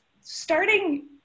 starting